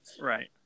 Right